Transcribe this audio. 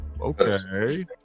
okay